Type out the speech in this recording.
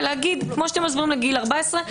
ולהגיד כמו שאתם מסבירים על גיל 14,